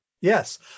Yes